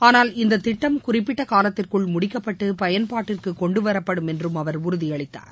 ஆனால் இந்தத் திட்டம் குறிப்பிட்ட காலத்திற்குள் முடிக்கப்பட்டு பயன்பாட்டிற்கு கொண்டுவரப்படும் என்றும் அவர் உறுதியளித்தார்